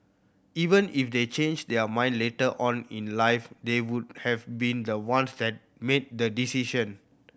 even if they change their mind later on in life they would have been the ones that made the decision